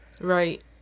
Right